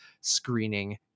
screening